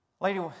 Lady